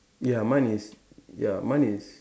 ya mine is ya mine is